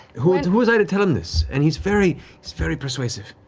who and who was i to tell him this? and he's very he's very persuasive.